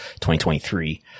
2023